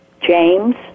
james